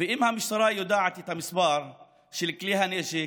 ואם המשטרה יודעת את המספר של כלי הנשק,